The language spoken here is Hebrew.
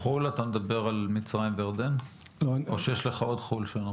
חול, אתה מדבר על מצרים וירדן או שיש לך עוד חול?